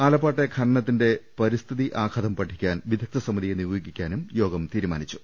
ആലപ്പാട്ടെ ഖനനത്തിന്റെ പരിസ്ഥിതി ആഘാതം പഠിക്കാൻ വിദഗ്ധ സമിതിയെ നിയോഗിക്കാനും യോഗം തീരുമാനിച്ചു